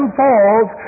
falls